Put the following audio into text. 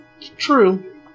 True